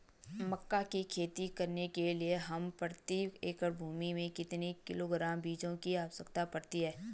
मक्का की खेती करने के लिए हमें प्रति एकड़ भूमि में कितने किलोग्राम बीजों की आवश्यकता पड़ती है?